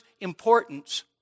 importance